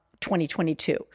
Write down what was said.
2022